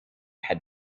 had